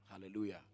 Hallelujah